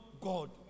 God